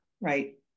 right